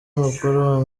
mukuru